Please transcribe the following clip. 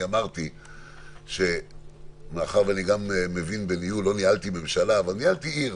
אמרתי שמאחר ואני גם מבין בניהול לא ניהלתי ממשלה אבל ניהלתי עיר,